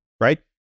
right